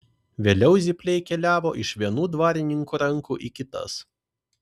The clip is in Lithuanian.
vėliau zypliai keliavo iš vienų dvarininkų rankų į kitas